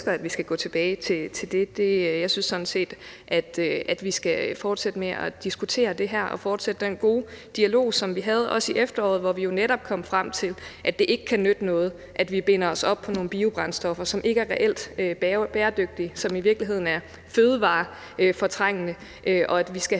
at vi skal gå tilbage til. Jeg synes sådan set, at vi skal fortsætte med at diskutere det her og fortsætte den gode dialog, som vi har haft, også i efteråret, hvor vi jo netop kom frem til, at det ikke kan nytte noget, at vi binder os op på nogle biobrændstoffer, som ikke er reelt bæredygtige, men som i virkeligheden er fødevarefortrængende, og at vi skal